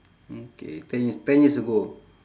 okay ten years ten years ago